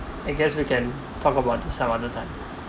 I guess we can talk about the some other time